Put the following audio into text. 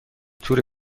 تور